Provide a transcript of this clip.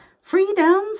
freedom